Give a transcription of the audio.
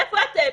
איפה אתם?